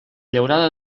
llaurada